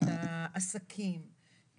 את העסקים,